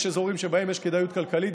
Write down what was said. יש אזורים שבהם יש כדאיות כלכלית,